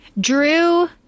Drew